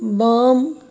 बाम